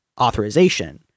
authorization